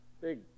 Big